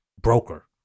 broker